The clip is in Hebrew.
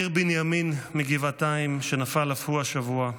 ניר בנימין מגבעתיים, שנפל אף הוא השבוע,